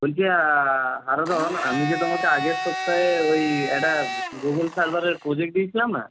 বলছি হারাধন আমি যে তোমাকে আগের সপ্তাহে ওই একটা গুগল সালওয়ারের প্রোজেক্ট দিয়েছিলাম না